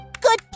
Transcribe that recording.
Good